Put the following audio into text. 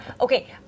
Okay